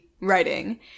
writing